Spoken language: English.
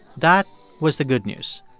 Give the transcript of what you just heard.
that was the good news.